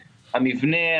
המבנה,